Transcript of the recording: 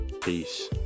Peace